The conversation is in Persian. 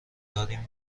داریم